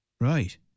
Right